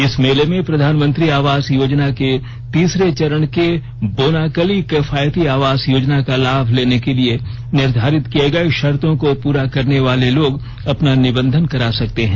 इस मेले में प्रधानमंत्री आवास योजना के तीसरे चरण के बोनाकली किफायती आवास योजना का लाभ लेने के लिए निर्धारित किए गए शर्तों को पूरा करने वाले लोग अपना निबंधन करा सकते है